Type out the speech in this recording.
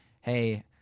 hey